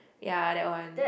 ya that one